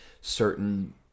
certain